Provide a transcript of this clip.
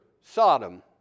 Sodom